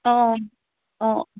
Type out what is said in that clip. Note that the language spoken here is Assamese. অঁ অঁ